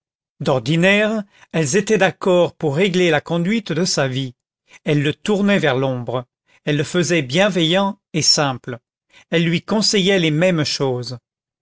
d'ordinaire elles étaient d'accord pour régler la conduite de sa vie elles le tournaient vers l'ombre elles le faisaient bienveillant et simple elles lui conseillaient les mêmes choses